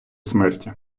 смерті